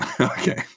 Okay